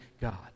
God